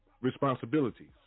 Responsibilities